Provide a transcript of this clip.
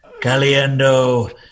Caliendo